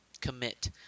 commit